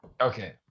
okay